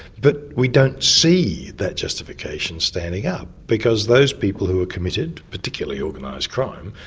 but we don't see that justification standing up because those people who are committed, particularly organised crime,